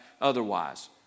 otherwise